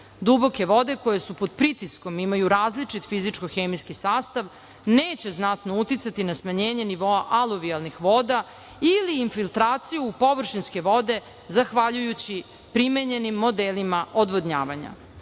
Duboke vode koje su pod pritiskom, imaju različit fizičko-hemijski sastav, neće znatno uticati na smanjenje nivoa aluvijalnih voda ili infiltraciju u površinske vode zahvaljujući primenjenim modelima odvodnjavanja. Takođe